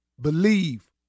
Believe